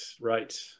right